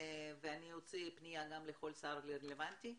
אני אוציא פנייה גם לכל שר רלוונטי,